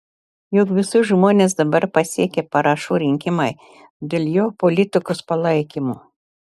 juk visus žmones dabar pasiekia parašų rinkimai dėl jo politikos palaikymo